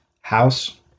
House